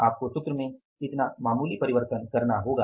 आपको सूत्र में इतना मामूली परिवर्तन करना होगा